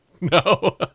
No